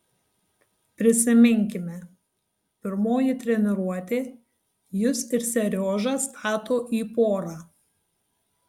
prisiminkime pirmoji treniruotė jus ir seriožą stato į porą